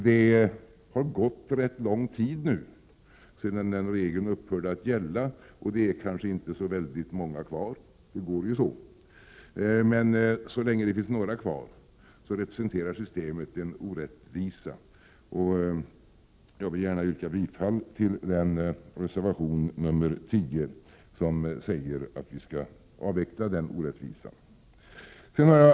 Det har nu gått rätt lång tid sedan denna regel upphörde att gälla, varför det kanske inte är så väldigt många kvar — sådan är ju tidens gång. Men så länge Prot. 1987/88:100 det finns några kvar, representerar systemet en orättvisa. Jag vill gärna yrka bifall till reservation 10, där det sägs att vi skall avveckla denna orättvisa. Herr talman!